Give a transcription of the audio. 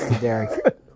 Derek